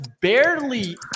barely